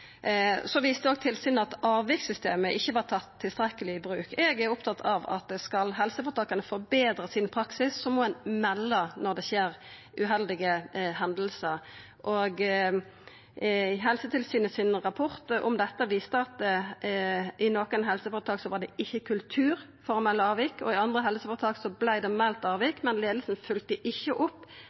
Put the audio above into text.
Tilsynet viste òg at avvikssystemet ikkje var tatt tilstrekkeleg i bruk. Eg er opptatt av at om helseføretaka skal forbetra praksisen sin, må ein melda frå når det skjer uheldige hendingar. Helsetilsynets rapport om dette viste at i nokre helseføretak var det ikkje kultur for å melda avvik, og i andre helseføretak vart det meldt avvik, men leiinga følgde ikkje opp